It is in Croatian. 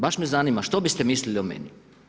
Baš me zanima što biste mislili o meni.